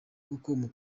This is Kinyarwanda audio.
ngo